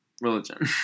religion